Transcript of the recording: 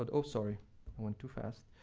but oh, sorry. i went too fast.